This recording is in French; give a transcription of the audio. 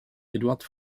eduard